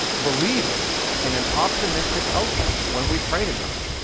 believing in an optimistic outcome when we pray to god.